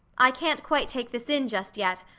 i can't quite take this in, just yet,